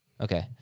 Okay